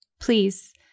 Please